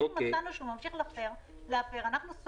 ואם מצאנו שהוא ממשיך להפר,